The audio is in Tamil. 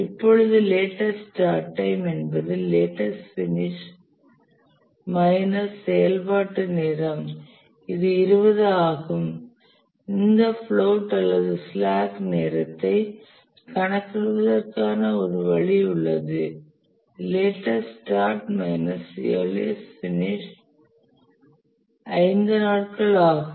இப்பொழுது லேட்டஸ்ட் ஸ்டார்ட் டைம் என்பது லேட்டஸ்ட் பினிஷ் மைனஸ் செயல்பாட்டு நேரம் இது 20 ஆகும் இந்த பிளோட் அல்லது ஸ்லாக் நேரத்தைக் கணக்கிடுவதற்கான ஒரு வழி உள்ளது இது latest start minus earliest finish 5 நாட்கள் ஆகும்